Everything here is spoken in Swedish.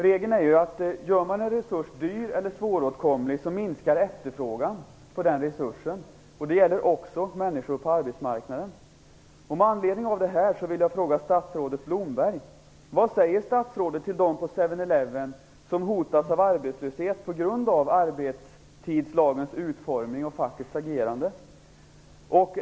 Regeln är ju, att om man gör en resurs dyr eller svåråtkomlig så minskar efterfrågan på den resursen. Det gäller också människor på arbetsmarknaden. Eleven som hotas av arbetslöshet på grund av arbetstidslagens utformning och fackets agerande?